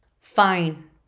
Fine